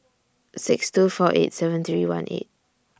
six two four eight seven three one eight